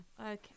Okay